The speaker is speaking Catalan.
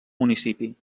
municipi